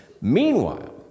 Meanwhile